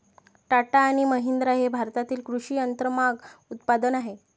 टाटा आणि महिंद्रा हे भारतातील कृषी यंत्रमाग उत्पादक आहेत